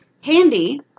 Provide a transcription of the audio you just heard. Handy